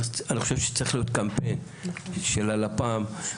אני חושב שצריך להיות קמפיין של הלפ"מ,